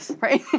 Right